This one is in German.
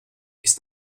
ist